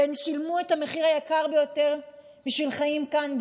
הן שילמו את המחיר היקר ביותר בשביל חיים כאן,